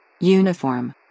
Uniform